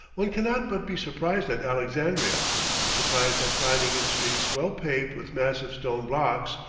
one cannot but be surprised at alexandria surprised at finding its streets well paved with massive stone blocks,